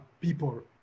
people